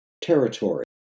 territory